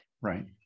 Right